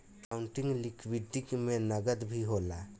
accounting liquidity में नकद भी होला